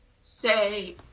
say